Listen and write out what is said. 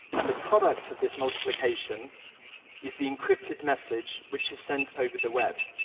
and the product of this multiplication is the encrypted message which is sent over the web.